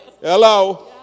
Hello